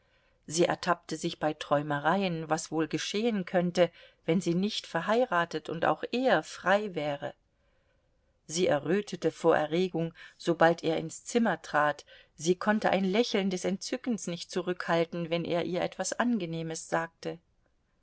sie ertappte sich bei träumereien was wohl geschehen könnte wenn sie nicht verheiratet und auch er frei wäre sie errötete vor erregung sobald er ins zimmer trat sie konnte ein lächeln des entzückens nicht zurückhalten wenn er ihr etwas angenehmes sagte